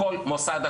כמובן,